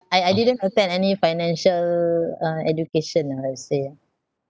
I I didn't attend any financial uh education lah I would say